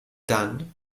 dann